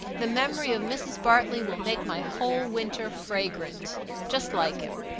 the memory of mrs. bartley will make my whole winter fragrant just like him.